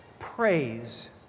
praise